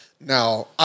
Now